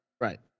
Right